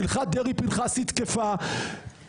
הלכת דרעי-פנחסי תקפה,